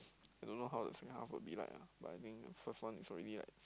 I don't know how the second half will be like ah but I think the first one is already like